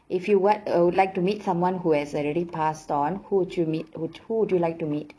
if you what err would like to meet someone who has already passed on who would you meet who who would you like to meet